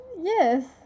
yes